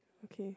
okay